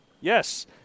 Yes